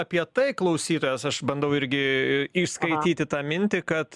apie tai klausytojas aš bandau irgi išskaityti tą mintį kad